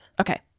Okay